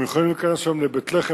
הם יכולים להיכנס היום לבית-לחם,